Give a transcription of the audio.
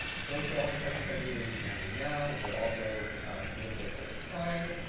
and those are all the questions i believe that we can answer now. we're also a little bit over time.